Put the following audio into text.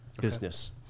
business